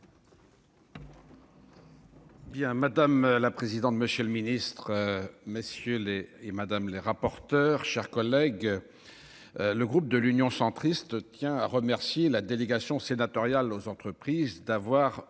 madame la présidente, monsieur le ministre, messieurs les et Madame les rapporteurs, chers collègues. Le groupe de l'Union centriste tiens à remercier la délégation sénatoriale aux entreprises d'avoir